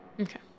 Okay